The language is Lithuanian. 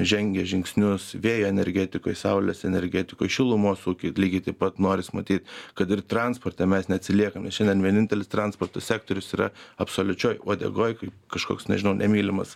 žengė žingsnius vėjo energetikoj saulės energetikoj šilumos ūky lygiai taip pat noris matyti kad ir transporte mes neatsiliekam nes šiandien vienintelis transporto sektorius yra absoliučioj uodegoj kaip kažkoks nežinau nemylimas